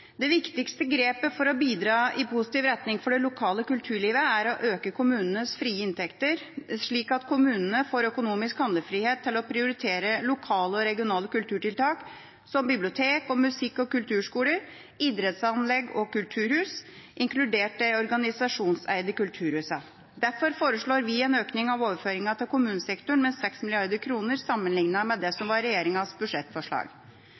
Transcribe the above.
Det viktigste grepet for å bidra i positiv retning for det lokale kulturlivet er å øke kommunenes frie inntekter, slik at kommunene får økonomisk handlefrihet til å prioritere lokale og regionale kulturtiltak, som bibliotek, musikk- og kulturskoler, idrettsanlegg og kulturhus – inkludert de organisasjonseide kulturhusene. Derfor foreslår vi en økning av overføringene til kommunesektoren med 6 mrd. kr sammenlignet med